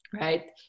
right